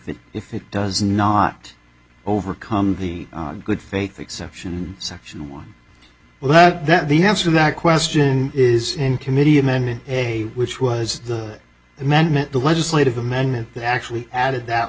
it if it does not overcome the good faith exception section one well that that the answer that question is in committee amendment a which was the amendment the legislative amendment that actually added that